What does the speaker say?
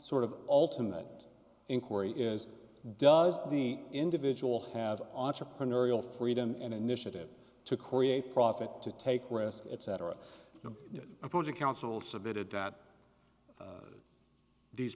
sort of ultimate inquiry is does the individual have entrepreneurial freedom and initiative to create profit to take risks etc the opposing counsel submitted that these